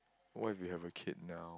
what if you have a kid now